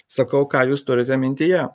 sakau ką jūs turite mintyje